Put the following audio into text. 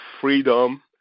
freedom